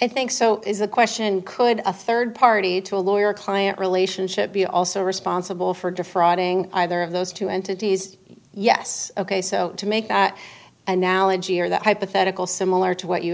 i think so is the question could a third party to a lawyer client relationship be also responsible for defrauding either of those two entities yes ok so to make that analogy or that hypothetical similar to what you